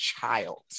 child